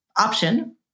option